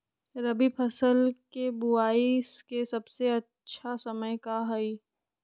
रबी फसल के बुआई के सबसे अच्छा समय का हई?